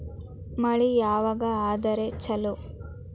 ಮಳಿ ಯಾವಾಗ ಆದರೆ ಛಲೋ?